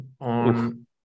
on